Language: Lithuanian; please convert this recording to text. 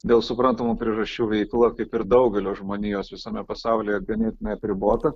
dėl suprantamų priežasčių veikla kaip ir daugelio žmonijos visame pasaulyje ganėtinai apribota